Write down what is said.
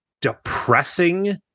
depressing